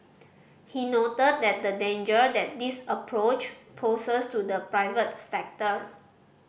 he noted that the danger that this approach poses to the private sector